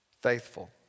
faithful